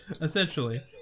essentially